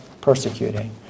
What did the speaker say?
persecuting